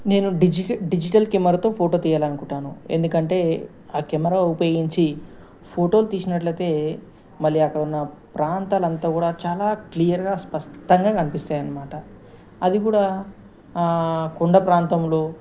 నేను డిజిటల్ కెమెరాతో ఫోటో తీయాలనుకుంటాను ఎందుకంటే ఆ కెమెరా ఉపయోగించి ఫోటోలు తీసినట్లయితే మళ్ళీ అక్కడున్న ప్రాంతాలు అంతా కూడా చాలా క్లియర్గా స్పష్టంగా కనిపిస్తాయి అన్నమాట అది కూడా కొండ ప్రాంతంలో